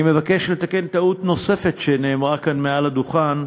אני מבקש לתקן טעות נוספת שנאמרה כאן מעל הדוכן: